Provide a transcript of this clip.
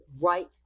right